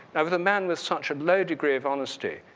with a man with such a low degree of honesty,